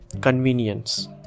convenience